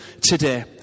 today